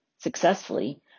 successfully